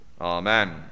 Amen